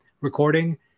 recording